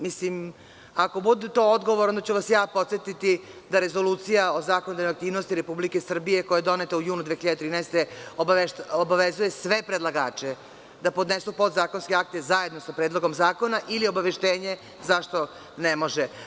Mislim, ako bude to odgovor, onda ću vas ja podsetiti da Rezolucija o zakonodavnoj aktivnosti Republike Srbije, koja je doneta u junu 2013. godine, obavezuje sve predlagače da podnesu podzakonske akte zajedno sa predlogom zakona ili obaveštenje zašto ne može.